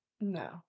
No